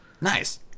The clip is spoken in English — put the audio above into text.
Nice